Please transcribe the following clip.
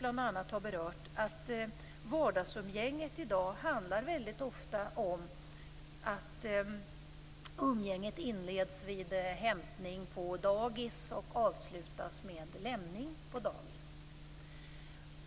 Vänsterpartiet har berört, att vardagsumgänget i dag ofta handlar om att umgänget inleds vid hämtning på dagis och avslutas med lämning på dagis.